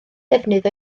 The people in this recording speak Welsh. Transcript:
defnydd